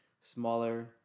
smaller